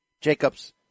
Jacobs